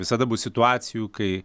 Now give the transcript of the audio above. visada bus situacijų kai